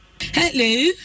Hello